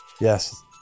Yes